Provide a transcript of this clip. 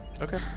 Okay